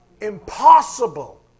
impossible